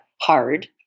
hard